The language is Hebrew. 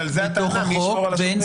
ועל זה הטענה מי ישמור על השומרים.